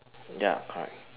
ya correct